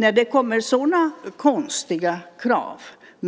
När det kommer ett så konstigt krav som det om